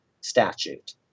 statute